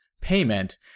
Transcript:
payment